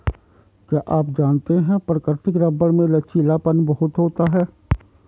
क्या आप जानते है प्राकृतिक रबर में लचीलापन बहुत होता है?